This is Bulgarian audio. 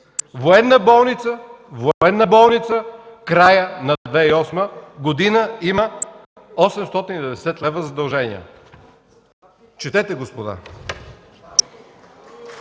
Военна болница в края на 2008 г. има 890 лв. задължения. Четете, господа.